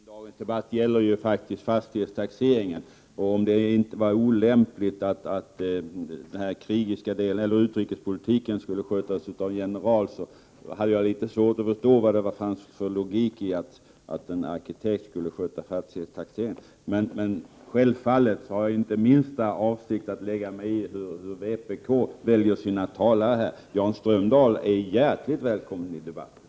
Herr talman! Dagens debatt gäller faktiskt fastighetstaxeringen. Om det är olämpligt att en general sköter utrikespolitiken, har jag svårt att förstå vad det finns för logik i att en arkitekt sköter fastighetstaxeringen. Men självfallet har jag inte den minsta avsikt att lägga mig i hur vpk väljer sina talare här. Jan Strömdahl är hjärtligt välkommen i debatten.